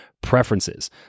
preferences